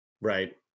Right